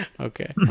okay